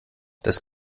das